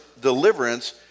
deliverance